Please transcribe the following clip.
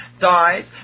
dies